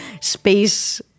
space